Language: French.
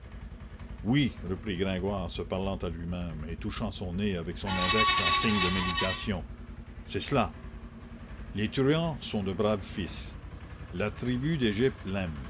oui reprit gringoire se parlant à lui-même et touchant son nez avec son index en signe de méditation c'est cela les truands sont de braves fils la tribu d'égypte